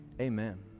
Amen